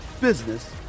business